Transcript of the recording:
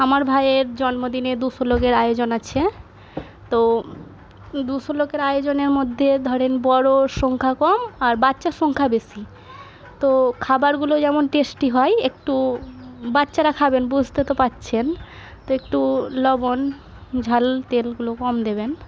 আমার ভাইয়ের জন্মদিনে দুশো লোকের আয়োজন আছে তো দুশো লোকের আয়োজনের মধ্যে ধরেন বড়োর সংখ্যা কম আর বাচ্চার সংখ্যা বেশি তো খাবারগুলো যেমন টেস্টি হয় একটু বাচ্চারা খাবেন বুঝতে তো পারছেন তো একটু লবণ ঝাল তেলগুলো কম দেবেন